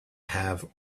have